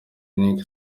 nic